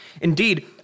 Indeed